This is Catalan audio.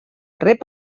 rep